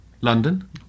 London